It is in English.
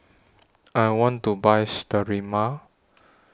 I want to Buy Sterimar